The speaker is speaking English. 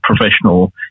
professional